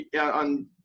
on